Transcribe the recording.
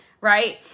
right